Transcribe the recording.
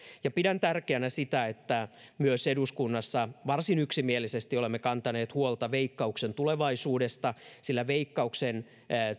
ja pidän tärkeänä sitä että myös eduskunnassa varsin yksimielisesti olemme kantaneet huolta veikkauksen tulevaisuudesta sillä veikkauksen